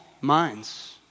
minds